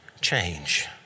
change